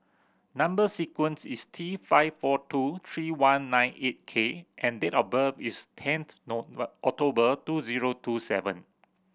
number sequence is T five four two three one nine eight K and date of birth is tenth October two zero two seven